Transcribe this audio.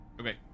Okay